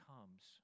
comes